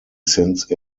since